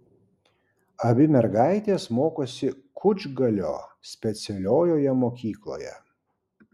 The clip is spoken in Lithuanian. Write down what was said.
abi mergaitės mokosi kučgalio specialiojoje mokykloje